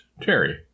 Terry